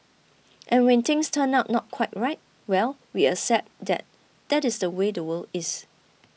and when things turn out not quite right well we accept that that is the way the world is